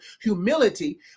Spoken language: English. humility